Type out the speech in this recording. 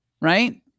right